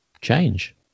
change